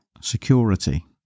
security